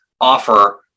offer